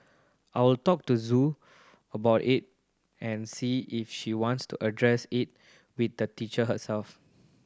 I'll talk to Zoe about it and see if she wants to address it with the teacher herself